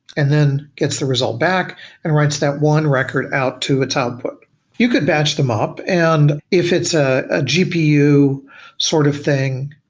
and then gets the result back and writes that one record out to its output you could batch them up and if it's a gpu sort of thing,